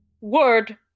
word